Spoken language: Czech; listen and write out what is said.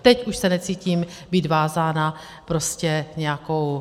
Teď už se necítím být vázána prostě nějakou...